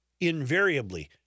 Invariably